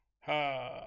ha